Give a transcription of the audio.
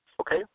Okay